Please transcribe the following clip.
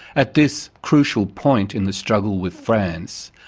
at this crucial point in the struggle with france,